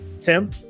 Tim